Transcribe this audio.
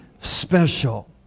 special